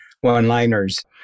one-liners